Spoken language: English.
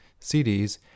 CDs